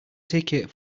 ticket